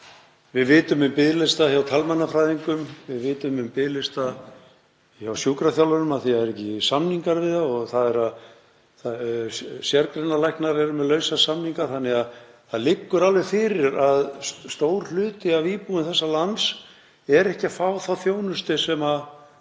Við vitum um biðlista hjá talmeinafræðingum. Við vitum um biðlista hjá sjúkraþjálfurum af því það eru ekki samningar við þá, sérgreinalæknar eru með lausa samninga þannig að það liggur alveg fyrir að stór hluti af íbúum þessa lands er ekki að fá þá þjónustu sem